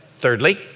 Thirdly